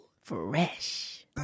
Fresh